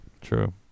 True